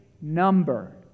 Number